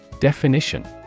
Definition